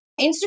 Instagram